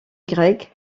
grec